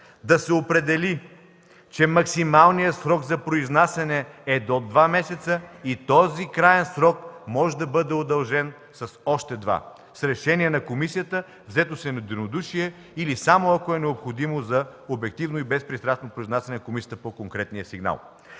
да се определи, че максималният срок за произнасяне е до два месеца и този срок може да бъде удължен с още два, с решение на комисията, взето с единодушие или само ако е необходимо за обективно и безпристрастно произнасяне на комисията по конкретния сигнал;